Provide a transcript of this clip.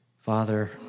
Father